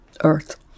earth